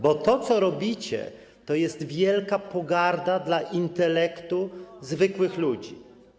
Bo to, co robicie, to jest wielka pogarda dla intelektu zwykłych ludzi.